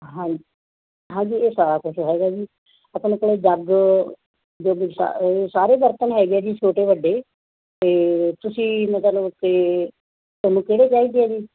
ਹਾਂਜੀ ਹਾਂਜੀ ਇਹ ਸਾਰਾ ਕੁਛ ਹੈਗਾ ਜੀ ਆਪਣੇ ਕੋਲ ਜੱਗ ਜੁਗ ਇਹ ਸਾਰੇ ਬਰਤਣ ਹੈਗੇ ਹੈ ਜੀ ਛੋਟੇ ਵੱਡੇ ਅਤੇ ਤੁਸੀਂ ਮਤਲਬ ਅਤੇ ਤੁਹਾਨੂੰ ਕਿਹੜੇ ਚਾਹੀਦੇ ਹੈ ਜੀ